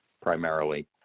primarily